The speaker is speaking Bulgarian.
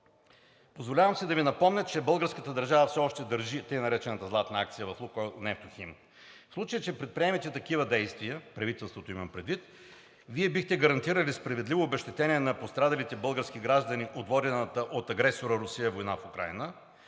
Позволявам си да Ви напомня, че българската държава все още държи така наречената златна акция в „Лукойл Нефтохим“. В случай че предприемете такива действия, правителството имам предвид, Вие бихте гарантирали справедливо обезщетение на пострадалите български граждани от водената от агресора Русия война в Украйна,